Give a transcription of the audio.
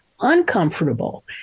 uncomfortable